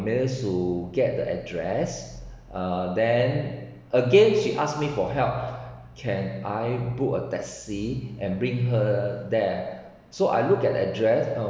manage to get the address uh then again she asked me for help can I book a taxi and bring her there so I look at the address